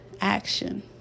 action